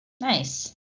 Nice